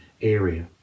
area